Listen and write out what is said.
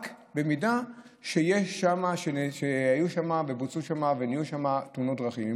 רק אם היו שם תאונות דרכים.